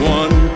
one